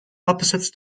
opposite